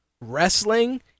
Wrestling